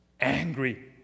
angry